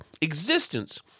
existence